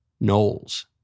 Knowles